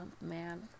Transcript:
man